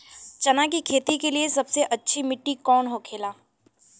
चना की खेती के लिए सबसे अच्छी मिट्टी कौन होखे ला?